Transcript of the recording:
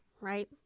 right